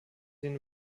den